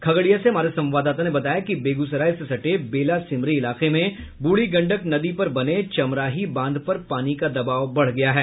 खगड़िया से हमारे संवाददाता ने बताया कि बेगूसराय से सटे बेला सिमरी इलाके में बूढ़ी गंडक नदी पर बने चमराही बांध पर पानी का दबाव बढ़ गया है